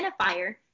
identifier